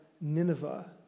Nineveh